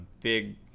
big